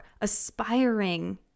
aspiring